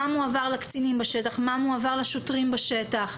מה מועבר לקצינים בשטח, מה מועבר לשוטרים בשטח.